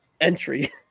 entry